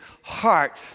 heart